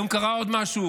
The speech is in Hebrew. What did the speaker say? היום קרה עוד משהו